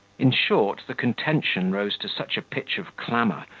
in short, the contention rose to such a pitch of clamour,